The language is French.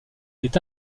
est